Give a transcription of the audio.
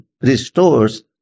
restores